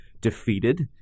defeated